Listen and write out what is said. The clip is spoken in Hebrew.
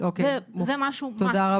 תודה.